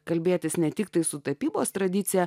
kalbėtis ne tiktai su tapybos tradicija